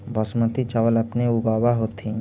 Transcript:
बासमती चाबल अपने ऊगाब होथिं?